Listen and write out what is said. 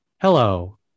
Hello